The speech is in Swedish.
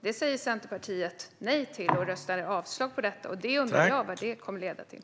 Detta säger Centerpartiet nej till och röstar emot. Jag undrar vad detta kommer att leda till.